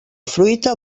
fruita